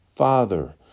Father